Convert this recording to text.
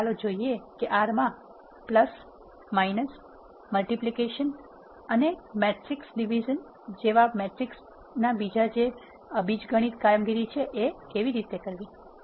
હવે ચાલો જોઈએ કે R માં વત્તાકાર બાદબાકી ગુણાકાર અને મેટ્રિક્સ ભાગાકાર જેવા મેટ્રિસ પર બીજગણિત કામગીરી કેવી રીતે કરવી